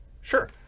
Sure